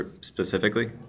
specifically